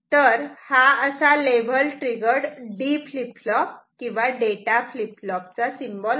तर हा असा level triggered D flip flop किंवा डेटा फ्लीप फ्लॉप चा सिम्बॉल आहे